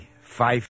five